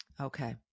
okay